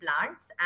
plants